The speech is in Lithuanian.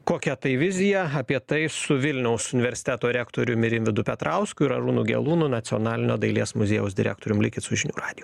kokia tai vizija apie tai su vilniaus universiteto rektoriumi rimvydu petrausku ir arūnu gelūnu nacionalinio dailės muziejaus direktorium likit su žinių radiju